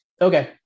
Okay